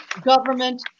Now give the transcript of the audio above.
government